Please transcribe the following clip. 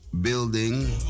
building